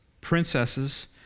princesses